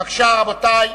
בבקשה, רבותי.